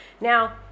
now